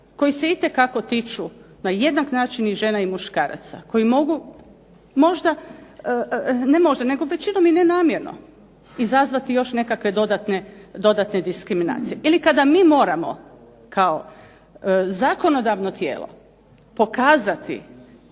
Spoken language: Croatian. koji se na jednak način tiču i žena i muškaraca, koji mogu možda ne možda većinom i nenamjerno, izazvati još nekakve dodatne diskriminacije. Ili kada mi moramo kao zakonodavno tijelo pokazati